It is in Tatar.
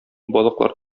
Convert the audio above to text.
балыклар